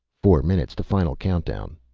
four minutes to final countdown,